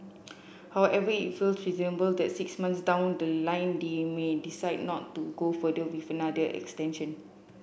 however it feels reasonable that six months down the line they may decide not to go further with another extension